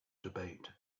debate